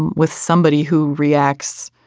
and with somebody who reacts.